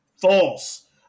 False